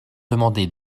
demandé